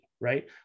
right